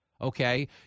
okay